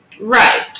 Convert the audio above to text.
Right